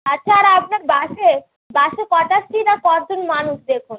আচ্ছা আর আপনার বাসে বাসে কটা সিট আর কজন মানুষ দেখুন